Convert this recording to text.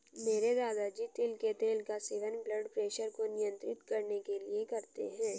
मेरे दादाजी तिल के तेल का सेवन ब्लड प्रेशर को नियंत्रित करने के लिए करते हैं